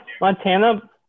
Montana